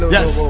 Yes